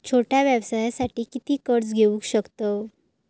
छोट्या व्यवसायासाठी किती कर्ज घेऊ शकतव?